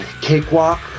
Cakewalk